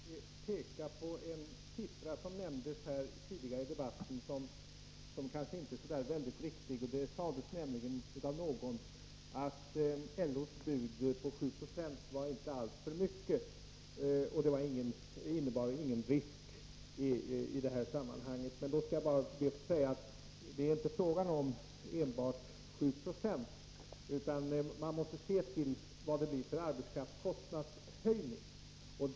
Herr talman! Jag skulle bara vilja peka på en siffra som nämndes här tidigare i debatten och som kanske inte är helt riktig. Någon sade att LO:s bud på 7 Yo inte alls var för mycket och att det inte innebar någon risk i detta sammanhang. Jag skall be att få säga att det inte är fråga om enbart 7 96, utan man måste se till vad det blir för arbetskraftskostnadshöjning.